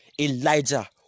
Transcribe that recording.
Elijah